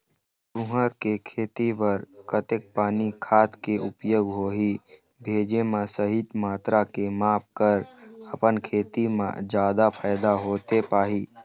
तुंहर के खेती बर कतेक पानी खाद के उपयोग होही भेजे मा सही मात्रा के माप कर अपन खेती मा जादा फायदा होथे पाही?